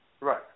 Right